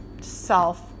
self